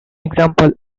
example